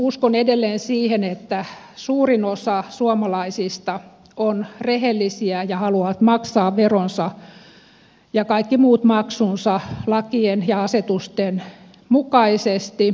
uskon edelleen siihen että suurin osa suomalaisista on rehellisiä ja haluaa maksaa veronsa ja kaikki muut maksunsa lakien ja asetusten mukaisesti